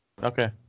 Okay